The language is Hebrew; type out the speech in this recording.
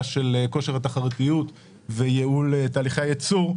של כושר התחרותיות וייעול תהליכי הייצור,